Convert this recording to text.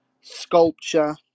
sculpture